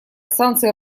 санкции